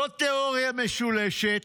לא תיאוריה משולשת,